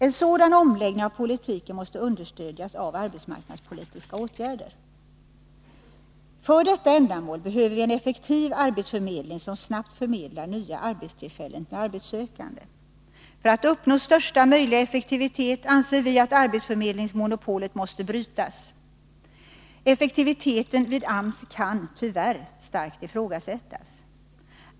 En sådan omläggning av politiken måste understödjas av arbetsmarknadspolitiska åtgärder. För dessa ändamål behöver vi en effektiv arbetsförmedling, som snabbt förmedlar nya arbetstillfällen till arbetssökande. För att största möjliga effektivitet skall kunna uppnås anser vi att arbetsförmedlingsmonopolet måste brytas. Effektiviteten vid AMS kan tyvärr starkt ifrågasättas.